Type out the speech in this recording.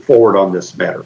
forward on this matter